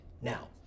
Now